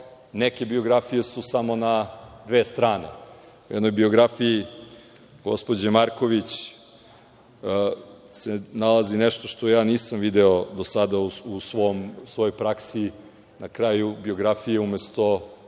Neke biografije su samo na dve strane. U jednoj biografiji gospođe Marković se nalazi nešto što ja nisam video do sada u svojoj praksi. Na kraju biografije, umesto